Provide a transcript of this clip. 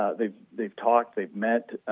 ah they've they've talked, they've met,